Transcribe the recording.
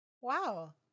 Wow